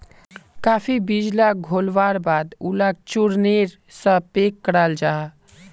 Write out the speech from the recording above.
काफी बीज लाक घोल्वार बाद उलाक चुर्नेर सा पैक कराल जाहा